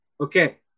Okay